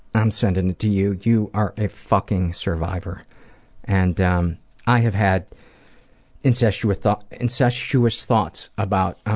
i'm sending it to you. you are a fucking survivor and um i have had incestuous thoughts incestuous thoughts about